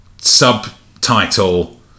subtitle